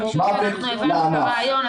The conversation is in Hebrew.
אנחנו הבנו את הרעיון,